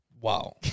wow